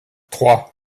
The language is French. trois